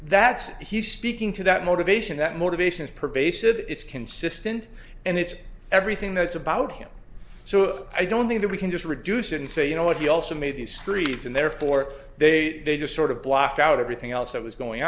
that's he's speaking to that motivation that motivations pervasive it's consistent and it's everything that's about him so i don't think that we can just reduce it and say you know what he also made these streets and therefore they just sort of block out everything else that was going